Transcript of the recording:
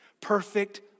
Perfect